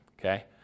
okay